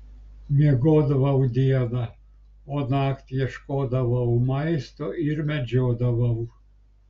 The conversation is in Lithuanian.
miegodavau dieną o naktį ieškodavau maisto ir medžiodavau